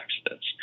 accidents